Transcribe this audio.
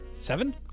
Seven